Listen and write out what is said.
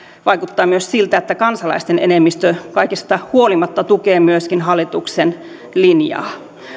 vaikuttaa myös siltä että kansalaisten enemmistö kaikesta huolimatta tukee myöskin hallituksen linjaa